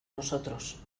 nosotros